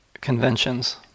conventions